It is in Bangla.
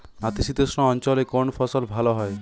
নাতিশীতোষ্ণ অঞ্চলে কোন ফসল ভালো হয়?